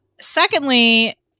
Secondly